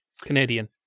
Canadian